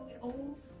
old